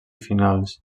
finals